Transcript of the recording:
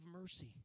mercy